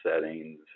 settings